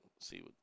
See